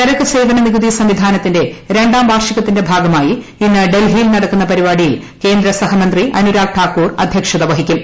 ചരക്ക് സേവന നികുതി സംവിധാനത്തിന്റെ രണ്ടാം വാർഷികത്തിന്റെ ഭാഗമായി ഇന്ന് ഡൽഹിയിൽ നടക്കുന്ന പരിപാടിയിൽ കേന്ദ്ര സഹമന്ത്രി അനുരാഗ് താക്കൂർ അധ്യക്ഷത വഹിക്കും